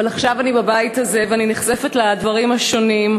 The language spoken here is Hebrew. אבל עכשיו אני בבית הזה ואני נחשפת לדברים השונים,